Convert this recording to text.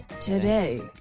Today